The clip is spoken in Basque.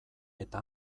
eta